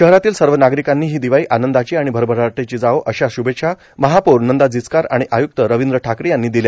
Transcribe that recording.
शहरातील सर्व नागरिकांना ही दिवाळी आनंदाची आणि भरभराटीची जावो अश्या श्भेच्छा महापौर नंदा जिचकार आणि आय्क्त रवींद्र ठाकरे यांनी दिली